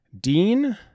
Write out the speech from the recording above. Dean